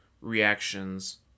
reactions